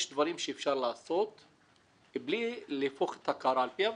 יש דברים שאפשר לעשות בלי להפוך את הקערה על פיה.